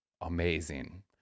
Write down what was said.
amazing